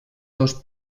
dos